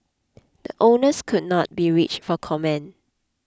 the owners could not be reached for comment